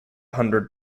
hundred